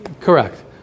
correct